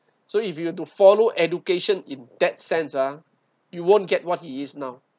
so if you were to follow education in that sense ah you won't get what he is now